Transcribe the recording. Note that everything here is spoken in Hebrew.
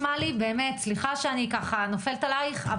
סליחה שאני ככה נופלת עלייך,